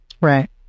Right